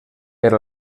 per